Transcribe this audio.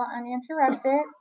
Uninterrupted